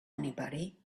anybody